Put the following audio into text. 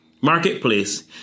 marketplace